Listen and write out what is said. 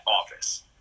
office